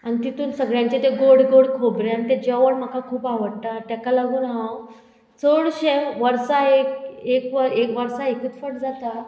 आनी तितून सगळ्यांचें ते गोड गोड खोबऱ्यो आनी तें जेवण म्हाका खूब आवडटा तेका लागून हांव चडशें वर्सा एक एक वर्सा एकच फावट जाता